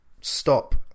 stop